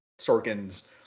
Sorkin's